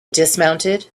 dismounted